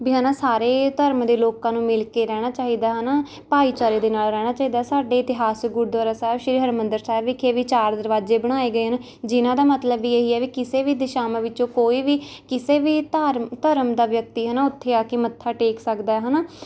ਵੀ ਹੈ ਨਾ ਸਾਰੇ ਧਰਮ ਦੇ ਲੋਕਾਂ ਨੂੰ ਮਿਲ ਕੇ ਰਹਿਣਾ ਚਾਹੀਦਾ ਹੈ ਨਾ ਭਾਈਚਾਰੇ ਦੇ ਨਾਲ ਰਹਿਣਾ ਚਾਹੀਦਾ ਸਾਡੇ ਇਤਿਹਾਸਿਕ ਗੁਰਦੁਆਰਾ ਸਾਹਿਬ ਸ਼੍ਰੀ ਹਰਮਿੰਦਰ ਸਾਹਿਬ ਵਿਖੇ ਵੀ ਚਾਰ ਦਰਵਾਜ਼ੇ ਬਣਾਏ ਗਏ ਹਨ ਜਿਨ੍ਹਾਂ ਦਾ ਮਤਲਬ ਵੀ ਇਹੀ ਹੈ ਵੀ ਕਿਸੇ ਵੀ ਦਿਸ਼ਾਵਾਂ ਵਿੱਚੋ ਕੋਈ ਵੀ ਕਿਸੇ ਵੀ ਧਾਰ ਧਰਮ ਦਾ ਵਿਅਕਤੀ ਹੈ ਨਾ ਉੱਥੇ ਆ ਕੇ ਮੱਥਾ ਟੇਕ ਸਕਦਾ ਹੈ ਨਾ